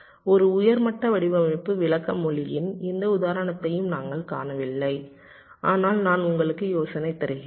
ஒரு உயர் மட்ட வடிவமைப்பு விளக்க மொழியின் எந்த உதாரணத்தையும் நாங்கள் காணவில்லை ஆனால் நான் உங்களுக்கு யோசனை தருகிறேன்